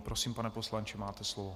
Prosím, pane poslanče, máte slovo.